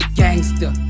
gangster